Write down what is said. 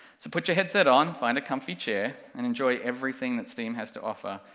so put your headset on, find a comfy chair, and enjoy everything that steam has to offer,